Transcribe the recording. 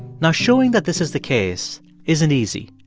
now, showing that this is the case isn't easy.